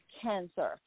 cancer